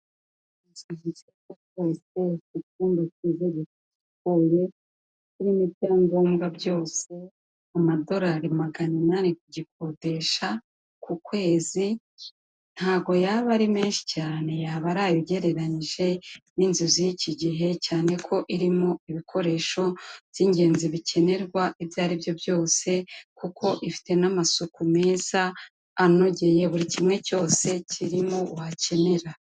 Icyumba kiza gisukuye kirimo ibyangombwa byose, mu amadolari magana inani kugikodesha ku kwezi. Ntabwo yaba ari menshi cyane ugereranyije n'inzu z'iki gihe. Cyane ko irimo ibikoresho by'ingenzi bikenerwa, ibyo aribyo byose kuko ifite n'amasuku meza anogeye buri kimwe cyose kirimo wakenera.